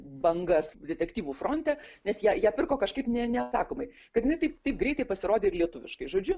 bangas detektyvų fronte nes ją ją pirko kažkaip ne neapsakomai kad jinai taip taip greitai pasirodė ir lietuviškai žodžiu